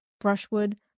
brushwood